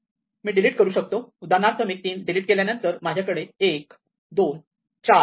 मी delete करू शकतो उदाहरणार्थ मी 3 डिलीट केल्यानंतर माझ्याकडे 1 2 4 आहे